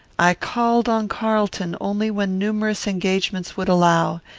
i called on carlton only when numerous engagements would allow,